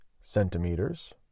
centimeters